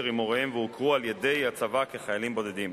עם הוריהם והוכרו על-ידי הצבא כחיילים בודדים.